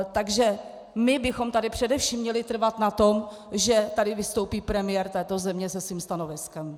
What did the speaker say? Takže my bychom tady především měli trvat na tom, že tady vystoupí premiér této země se svým stanoviskem.